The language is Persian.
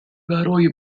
برای